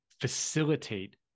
facilitate